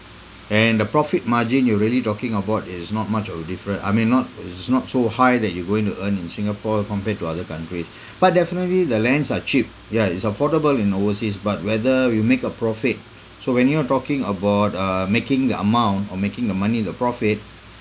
and the profit margin you're really talking about is not much of a different I mean not it's not so high that you're going to earn in Singapore compared to other countries but definitely the lands are cheap ya is affordable in overseas but whether you'll make a profit so when you're talking about uh making the amount or making the money and the profit